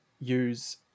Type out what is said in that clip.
use